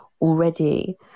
already